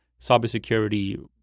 cybersecurity